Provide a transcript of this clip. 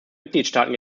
mitgliedstaaten